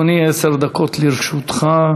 אדוני, עשר דקות לרשותך.